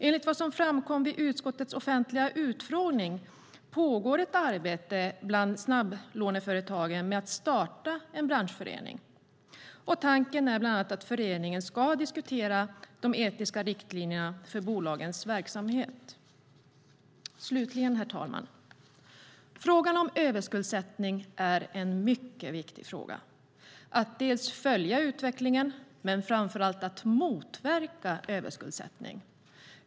Enligt vad som framkom vid utskottets offentliga utfrågning pågår ett arbete bland snabblåneföretagen med att starta en branschförening. Tanken är bland annat att föreningen ska diskutera de etiska riktlinjerna för bolagens verksamhet. Slutligen, herr talman! Frågan om överskuldsättning är en mycket viktig fråga. Det gäller att dels följa utvecklingen, dels och framför allt motverka överskuldsättning.